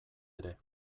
ere